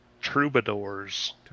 Troubadours